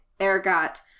ergot